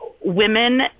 women